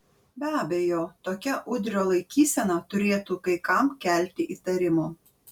be abejo tokia udrio laikysena turėtų kai kam kelti įtarimų